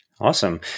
Awesome